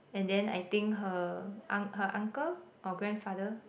and then I think her unk~ her uncle or grandfather